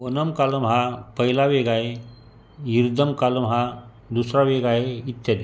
Onam column हा पहिला वेग आहे इरदम कालम हा दुसरा वेग आहे इत्यादी